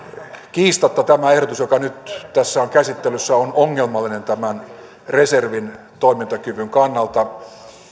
kiistatta tämä ehdotus joka nyt on käsittelyssä on ongelmallinen reservin toimintakyvyn kannalta